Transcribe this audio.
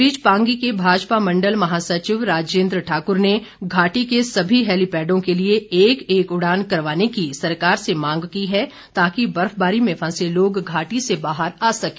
इस बीच पांगी के भाजपा मंडल महासचिव राजेन्द्र ठाकुर ने घाटी के सभी हैलीपैडों के लिए एक एक उड़ान करवाने की सरकार से मांग की है ताकि बर्फबारी में फंसे लोग घाटी से बाहर आ सकें